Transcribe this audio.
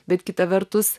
bet kita vertus